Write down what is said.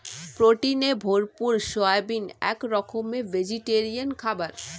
প্রোটিনে ভরপুর সয়াবিন এক রকমের ভেজিটেরিয়ান খাবার